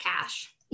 cash